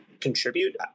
contribute